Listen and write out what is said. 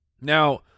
Now